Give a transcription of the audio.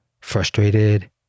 frustrated